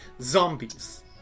Zombies